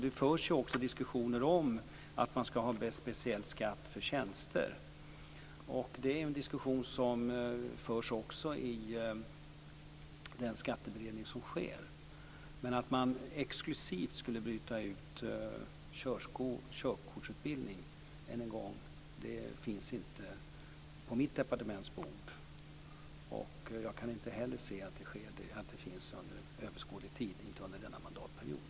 Det förs också diskussioner om att man skall ha en speciell skatt för tjänster. Det är en diskussion som förs också i den skatteberedning som sker. Att man exklusivt skulle bryta ut körkortsutbildning vill jag än en gång säga: Det finns inte på mitt departements bord, och jag kan inte heller se att det kommer upp under överskådlig tid, inte under denna mandatperiod.